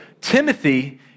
Timothy